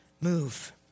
move